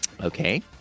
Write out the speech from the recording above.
Okay